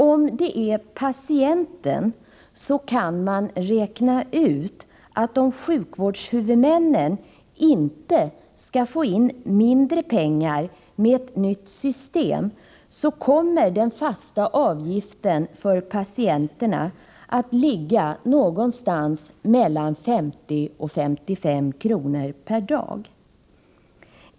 Om det är patienten så kan man räkna ut att om sjukvårdshuvudmännen inte skall få in mindre pengar med ett nytt system, så kommer den fasta avgiften för patienterna att ligga någonstans mellan 50 och 55 kr. per dag.